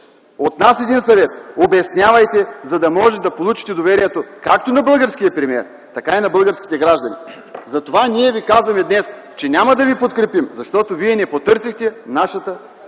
От нас един съвет: обяснявайте, за да може да получите доверието както на българския премиер, така и на българските граждани. Затова ние Ви казваме днес, че няма да Ви подкрепим, защото Вие не потърсихте нашата помощ.